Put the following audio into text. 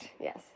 yes